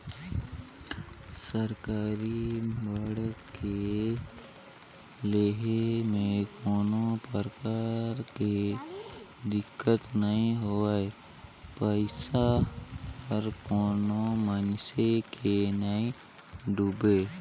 सरकारी बांड के लेहे में कोनो परकार के दिक्कत नई होए पइसा हर कोनो मइनसे के नइ डुबे